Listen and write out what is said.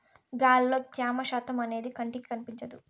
గాలిలో త్యమ శాతం అనేది కంటికి కనిపించదు